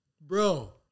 Bro